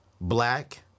black